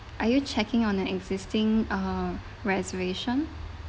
are you checking on an existing uh reservation